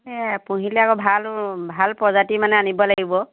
এই পুহিলে আকৌ ভালও ভাল প্ৰজাতি মানে আনিব লাগিব